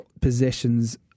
possessions